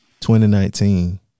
2019